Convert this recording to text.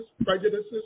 prejudices